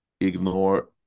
ignore